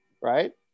Right